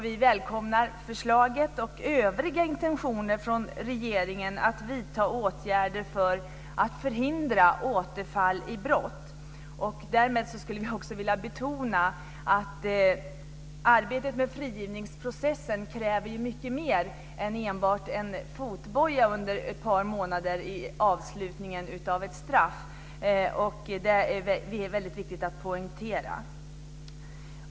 Vi välkomnar förslaget och övriga intentioner från regeringen att vidta åtgärder för att förhindra återfall i brott. Därmed vill vi också betona att arbetet med frigivningsprocessen kräver mycket mer än enbart en fotboja under ett par månader i slutet av ett straff. Detta är väldigt viktigt att poängtera.